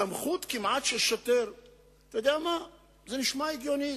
כאשר הרשויות הגדולות מקבלות כ-10% מכספי המינהל,